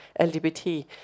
LGBT